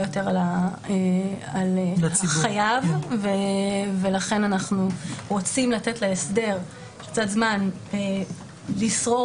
יותר לחייב ולכן אנחנו רוצים לתת להסדר קצת זמן לשרור